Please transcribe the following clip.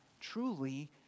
truly